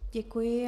Děkuji.